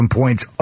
points